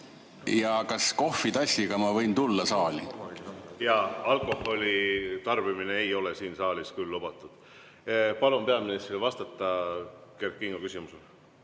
Ja kas ma kohvitassiga võin tulla saali? Alkoholi tarbimine ei ole siin saalis küll lubatud. Palun peaministril vastata Kert Kingo küsimusele.